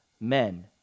men